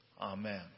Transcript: Amen